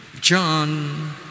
John